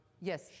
Yes